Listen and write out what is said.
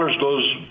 goes